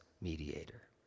mediator